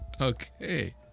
okay